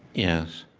yes.